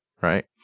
right